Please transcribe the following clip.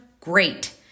Great